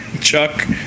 Chuck